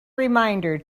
reminder